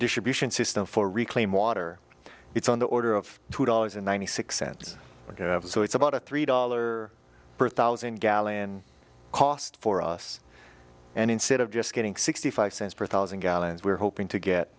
addition system for reclaim water it's on the order of two dollars and ninety six cents so it's about a three dollar per thousand gallon cost for us and instead of just getting sixty five cents per thousand gallons we're hoping to get